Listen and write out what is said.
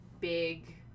big